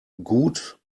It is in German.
gut